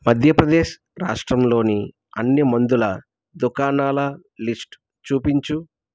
మధ్యప్రదేశ్ రాష్ట్రంలోని అన్ని మందుల దుకాణాల లిస్టు చూపించు